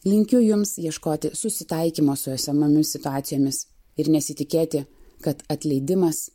linkiu jums ieškoti susitaikymo su esamomis situacijomis ir nesitikėti kad atleidimas